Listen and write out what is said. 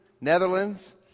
Netherlands